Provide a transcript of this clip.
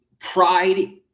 Pride